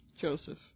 Joseph